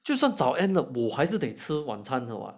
就算早 zhao end 了我还是得吃晚餐的 [what]